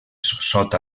sota